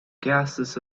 gases